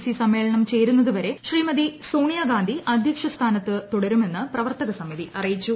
C സമ്മേളനം ചേരുന്നതുവരെ ശ്രീമതി സോണിയാഗാന്ധി അധ്യക്ഷ സ്ഥാനത്തു തുടരുമെന്ന് പ്രവർത്തക സമിതി അറിയിച്ചു